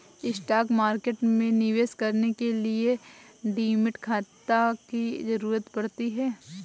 stock market में निवेश करने के लिए डीमैट खाता की जरुरत पड़ती है